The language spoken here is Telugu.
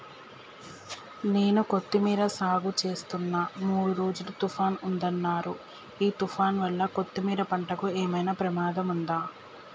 నేను కొత్తిమీర సాగుచేస్తున్న మూడు రోజులు తుఫాన్ ఉందన్నరు ఈ తుఫాన్ వల్ల కొత్తిమీర పంటకు ఏమైనా ప్రమాదం ఉందా?